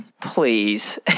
please